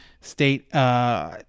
State